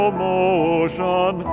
motion